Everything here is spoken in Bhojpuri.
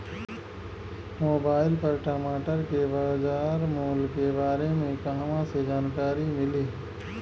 मोबाइल पर टमाटर के बजार मूल्य के बारे मे कहवा से जानकारी मिली?